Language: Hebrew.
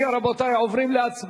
אם כן, רבותי, עוברים להצבעה.